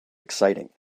exciting